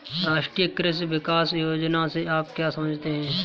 राष्ट्रीय कृषि विकास योजना से आप क्या समझते हैं?